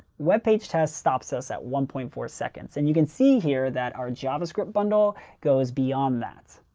web page test stops us at one point four seconds, and you can see here that our javascript bundle goes beyond that.